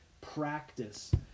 practice